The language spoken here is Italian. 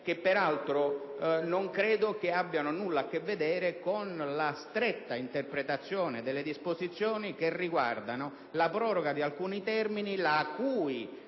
che non credo abbiano nulla a che vedere con la stretta interpretazione delle disposizioni che riguardano la proroga di alcuni termini la cui